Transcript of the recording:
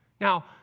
Now